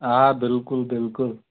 آ بِلکُل بِلکُل